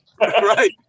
right